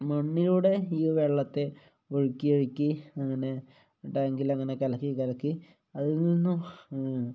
മണ്ണിലൂടെ ഈ വെള്ളത്തെ ഒഴുക്കി ഒഴുക്കി അങ്ങനെ ടാങ്കിൽ അങ്ങനെ കലക്കി കലക്കി അതിൽ നിന്നും